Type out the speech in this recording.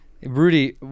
rudy